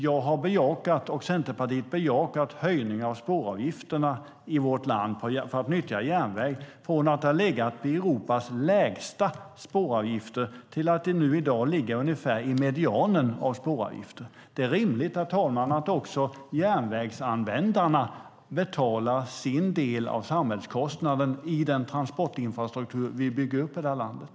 Ja, jag och Centerpartiet har bejakat höjning av spåravgifterna i vårt land för att nyttja järnväg från att ha legat på Europas lägsta spåravgifter till att de i dag ligger ungefär i medianen av spåravgifter. Det är rimligt, herr talman, att också järnvägsanvändarna betalar sin del av samhällskostnaden i den transportinfrastruktur vi bygger upp i landet.